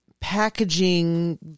packaging